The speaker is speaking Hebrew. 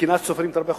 קנאת סופרים תרבה חוכמה.